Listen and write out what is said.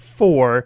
four